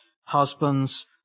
Husbands